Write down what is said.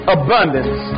abundance